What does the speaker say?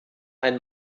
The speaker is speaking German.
ein